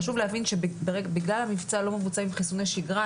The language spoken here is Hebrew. חשוב להבין שבגלל המבצע לא מבצעים חיסוני שגרה.